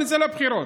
נצא לבחירות,